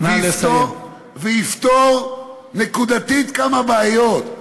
וזה יפתור נקודתית כמה בעיות.